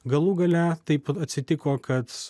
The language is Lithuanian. galų gale taip atsitiko kad